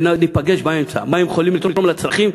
וניפגש באמצע, מה הם יכולים לתרום לצרכים.